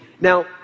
Now